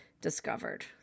discovered